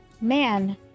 Man